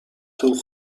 طول